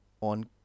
on